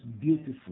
beautiful